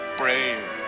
brave